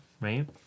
right